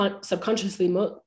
subconsciously